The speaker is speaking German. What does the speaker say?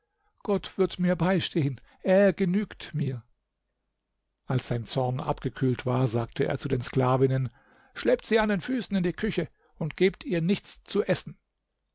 gott wird mir beistehen er genügt mir als sein zorn abgekühlt war sagte er zu den sklavinnen schleppt sie an den füßen in die küche und gebt ihr nichts zu essen